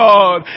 God